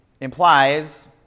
implies